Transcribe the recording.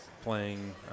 Playing